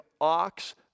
ox